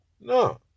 No